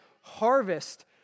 harvest